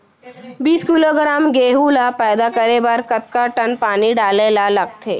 बीस किलोग्राम गेहूँ ल पैदा करे बर कतका टन पानी डाले ल लगथे?